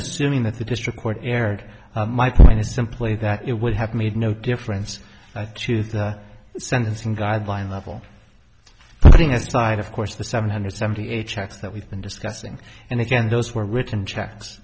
assuming that the district court erred my point is simply that it would have made no difference to the sentencing guideline level putting aside of course the seven hundred seventy eight checks that we've been discussing and again those were written checks